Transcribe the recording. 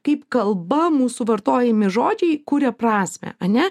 kaip kalba mūsų vartojami žodžiai kuria prasmę ane